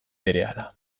berehala